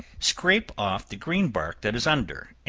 scraps off the green bark that is under,